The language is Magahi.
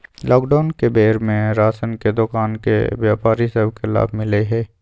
लॉकडाउन के बेर में राशन के दोकान के व्यापारि सभ के लाभ मिललइ ह